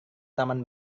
taman